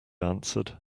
answered